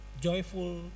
joyful